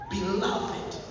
Beloved